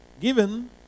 given